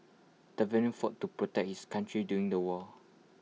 the veteran fought to protect his country during the war